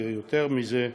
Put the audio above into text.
ויותר מזה,